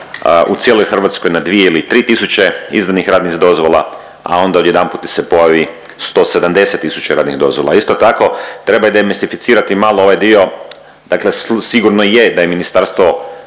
u cijeloj Hrvatskoj na dvije ili tri tisuće izdanih radnih dozvola, a onda odjedanput ti se pojavi 170 tisuća radnih dozvola. Isto tako treba i demistificirati malo ovaj dio, dakle sigurno je da je Ministarstvo